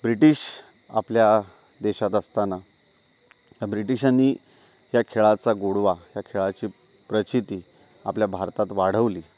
British आपल्या देशात असताना ब्रिटिशांनी या खेळाचा गोडवा या खेळाची प्रचिती आपल्या भारतात वाढवली